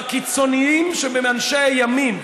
בקיצוניים שבין אנשי הימין.